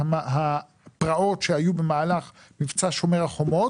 הפרעות שהיו במהלך מבצע 'שומר החומות',